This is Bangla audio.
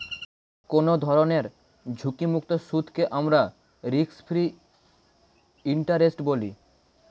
কোনো ধরনের ঝুঁকিমুক্ত সুদকে আমরা রিস্ক ফ্রি ইন্টারেস্ট বলি